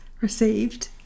received